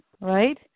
right